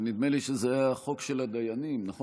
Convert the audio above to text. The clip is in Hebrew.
ונדמה לי שזה החוק של הדיינים, נכון?